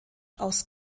aus